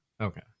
okay